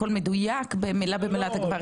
הכול מדויק, מילה במילה.